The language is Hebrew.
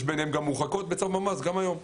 יש ביניהן גם מורחקות בצו ממ"ס גם היום.